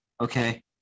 okay